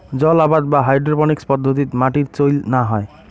জলআবাদ বা হাইড্রোপোনিক্স পদ্ধতিত মাটির চইল না হয়